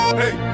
hey